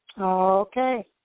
Okay